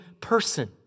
person